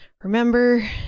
remember